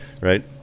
Right